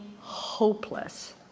hopeless